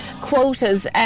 quotas